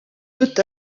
peut